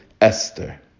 Esther